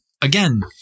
again